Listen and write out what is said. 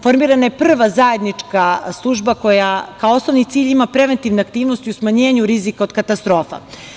Formirana je prva zajednička služba koja kao osnovni cilj ima preventivne aktivnosti u smanjenju rizika od katastrofa.